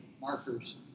markers